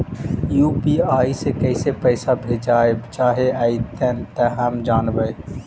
UPI से कैसे पैसा भेजबय चाहें अइतय जे हम जानबय?